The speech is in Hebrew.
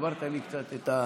שברת לי קצת את,